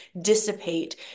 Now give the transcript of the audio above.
dissipate